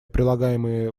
прилагаемые